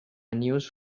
news